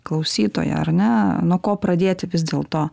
klausytoją ar ne nuo ko pradėti vis dėlto